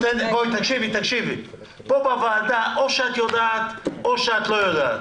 פה בוועדה או שאת יודעת או שאת לא יודעת.